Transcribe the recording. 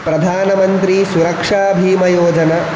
प्रधानमन्त्रीसुरक्षाभीमयोजना